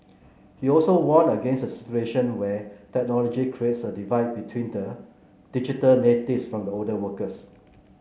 he also warned against a situation where technology creates a divide between the digital natives from the older workers